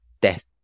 death